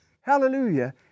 Hallelujah